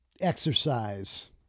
exercise